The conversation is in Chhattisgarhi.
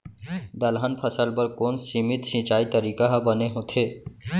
दलहन फसल बर कोन सीमित सिंचाई तरीका ह बने होथे?